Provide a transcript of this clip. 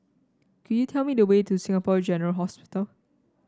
could you tell me the way to Singapore General Hospital